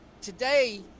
today